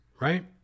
Right